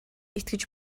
итгэж